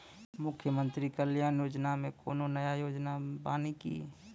मुख्यमंत्री कल्याण योजना मे कोनो नया योजना बानी की?